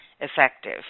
effective